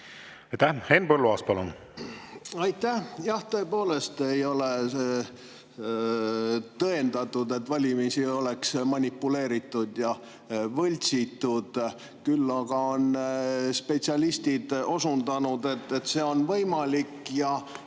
Henn Põlluaas, palun! Aitäh! Jah, tõepoolest ei ole tõendatud, et valimisi oleks manipuleeritud ja võltsitud. Küll aga on spetsialistid osutanud sellele, et see on võimalik.